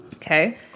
Okay